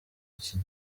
icyi